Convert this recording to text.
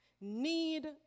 need